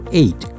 eight